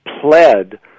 pled